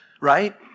Right